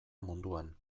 munduan